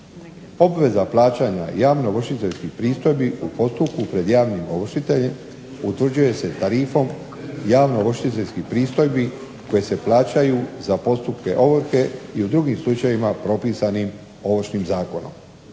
Obveza plaćanja javno ovršiteljskih pristojbi u postupku pred javnim ovršiteljima utvrđuje se tarifom javno ovršiteljskih pristojbi koje se plaćaju za postupke ovrhe i u drugim slučajevima propisanim ovršnim zakonom.